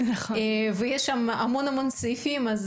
ויש בו המון סעיפים.